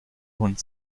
hund